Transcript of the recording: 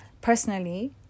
Personally